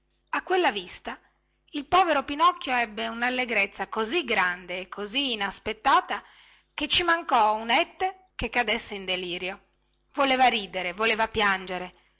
a quella vista il povero pinocchio ebbe unallegrezza così grande e così inaspettata che ci mancò un ette non cadesse in delirio voleva ridere voleva piangere